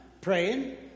praying